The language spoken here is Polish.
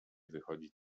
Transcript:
wychodzić